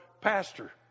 pastor